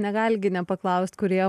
negali gi nepaklaust kūrėjo